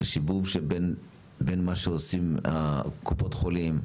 את השיבוב בין מה שעושים קופות חולים,